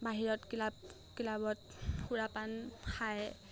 বাহিৰত ক্লাব ক্লাবত সুৰাপান খাই